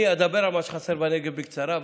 אני אדבר על מה שחסר בנגב בקצרה,